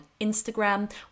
Instagram